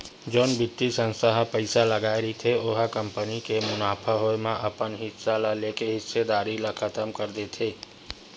जउन बित्तीय संस्था ह पइसा लगाय रहिथे ओ ह कंपनी के मुनाफा होए म अपन हिस्सा ल लेके हिस्सेदारी ल खतम कर देथे